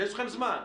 כשיש לכם זמן.